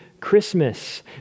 Christmas